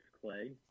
Clay